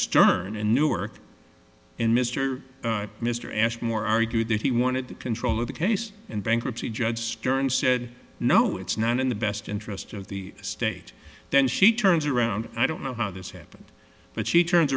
and newark and mr mr ashmore argued that he wanted control of the case and bankruptcy judge stern said no it's not in the best interest of the state then she turns around i don't know how this happened but she turns